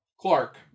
Clark